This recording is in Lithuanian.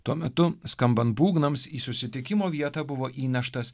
tuo metu skambant būgnams į susitikimo vietą buvo įneštas